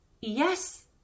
yes